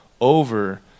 over